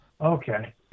Okay